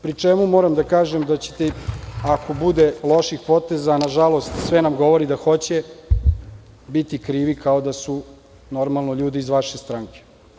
Pri čemu, moram da kažem da ćete, ako bude loših poteza, a nažalost, sve nam govori da hoće, biti krivi kao da su, normalno, ljudi iz vaše stranke.